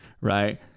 Right